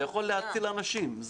זה יכול להציל אנשים,